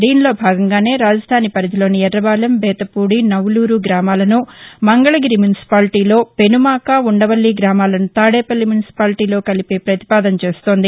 దీనిలో భాగంగానే రాజధాని పరిధిలోని యుర్రబాలెం బేతపూడి నవులూరు గ్రామాలను మంగళగిరి మునిసిపాలిటీలో పెనుమాక ఉండవల్లి గ్రామాలను తాదేపల్లి మున్సిపాలిటీలో కలిపే పతిపాదన చేస్తోంది